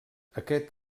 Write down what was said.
aquest